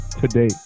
today